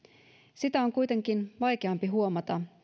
sitä on kuitenkin vaikeampi huomata